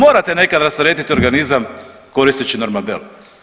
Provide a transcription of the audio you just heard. Pa morate nekad rasteretiti organizam koristeći Normabel.